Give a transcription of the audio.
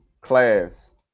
class